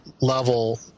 level